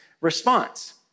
response